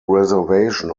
reservation